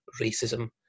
racism